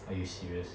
are you serious